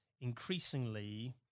increasingly